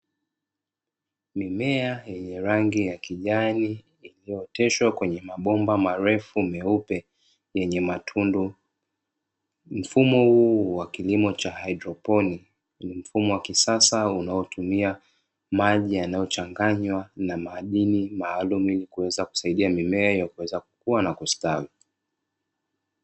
Mimiea yenye rangi ya kijani, ikioteshwa kwenye mabomba marefu meupe yenye matundu, mfumo huu wa kilimo cha haydroponiki ni mfumo wa kisasa unaotumia maji yanayochanganywa na madini maalumu ili kuweza kusaidia mimea kukua na kustawi.